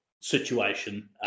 situation